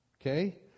okay